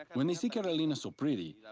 when they see carolina's ah pretty,